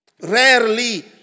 Rarely